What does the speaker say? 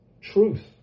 Truth